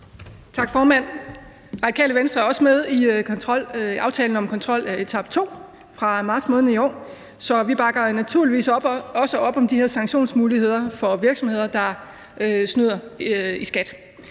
Tak, formand. Radikale Venstre er også med i aftalen »En styrket skattekontrol – etape 2« fra marts måned i år, så vi bakker naturligvis også op om de her sanktionsmuligheder i forhold til virksomheder, der snyder i skat.